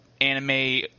anime